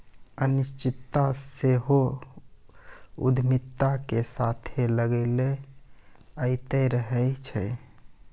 अनिश्चितता सेहो उद्यमिता के साथे लागले अयतें रहै छै